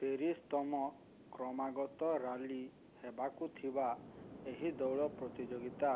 ତିରିଶତମ କ୍ରମାଗତ ରାଲି ହେବାକୁ ଥିବା ଏହି ଦୌଡ଼ ପ୍ରତିଯୋଗିତା